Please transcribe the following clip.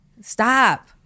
stop